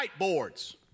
whiteboards